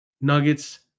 Nuggets